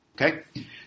Okay